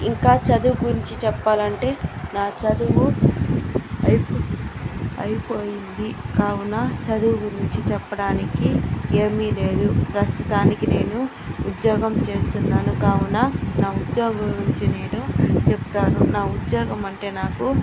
ఇంకా చదువు గురించి చెప్పాలంటే నా చదువు అయి అయిపోయింది కావున చదువు గురించి చెప్పడానికి ఏమిలేదు ప్రస్తుతానికి నేను ఉద్యోగం చేస్తున్నాను కావున నా ఉద్యోగం గురించి నేను చెప్తాను నా ఉద్యోగమంటే నాకు